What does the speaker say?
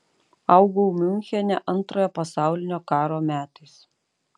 augau miunchene antrojo pasaulinio karo metais